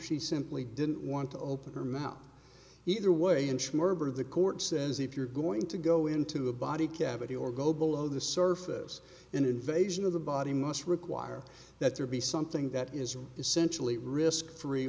she simply didn't want to open her mouth either way interim herb or the court says if you're going to go into a body cavity or go below the surface and invasion of the body must require that there be something that is essentially risk free